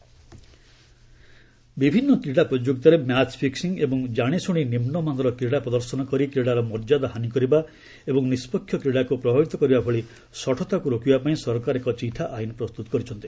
RS sports fraud ବିଭିନ୍ନ କ୍ରୀଡ଼ା ପ୍ରତିଯୋଗିତାରେ ମ୍ୟାଚ୍ ଫିକ୍ଟିଂ ଏବଂ ଜାଣିଶୁଣି ନିମ୍ବମାନର କ୍ରୀଡ଼ା ପ୍ରଦର୍ଶନ କରି କ୍ରୀଡ଼ାର ମର୍ଯ୍ୟାଦା ହାନୀ କରିବା ଏବଂ ନିଷ୍କକ୍ଷ କ୍ରୀଡ଼ାକୁ ପ୍ରଭାବିତ କରିବା ଭଳି ଶଠତାକୁ ରୋକିବାପାଇଁ ସରକାର ଏକ ଚିଠା ଆଇନ୍ ପ୍ରସ୍ତୁତ କରିଛନ୍ତି